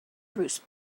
bruce